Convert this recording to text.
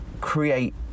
create